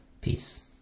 Peace